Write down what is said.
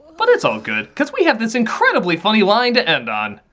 but it's all good, cause we have this incredibly funny line to end on.